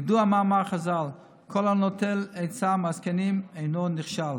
ידוע מאמר חז"ל: "כל הנוטל עצה מן הזקנים אינו נכשל".